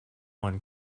one